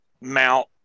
mount